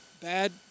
bad